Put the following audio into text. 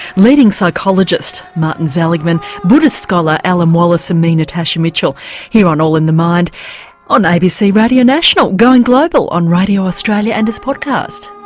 leading psychologist martin seligman, buddhist scholar alan wallace and me natasha mitchell here on all in the mind on abc radio national, going global on radio australia and as podcast.